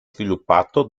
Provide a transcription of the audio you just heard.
sviluppato